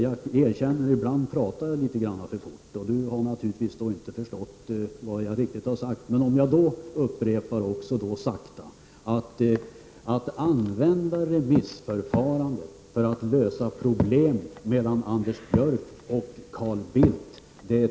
Jag erkänner att jag ibland pratar litet för fort, och det är väl möjligt att Anders Björck inte riktigt har förstått vad jag har sagt. Jag skall därför sakta upprepa att jag tycker att det är en litet för enkel lösning att använda återremissförfarandet för att lösa problem mellan Anders Björck och Carl Bildt.